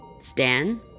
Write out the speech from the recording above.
stan